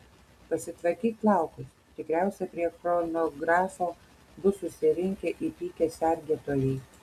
pasitvarkyk plaukus tikriausiai prie chronografo bus susirinkę įpykę sergėtojai